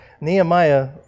Nehemiah